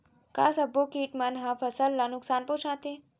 का सब्बो किट मन ह फसल ला नुकसान पहुंचाथे?